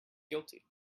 guilty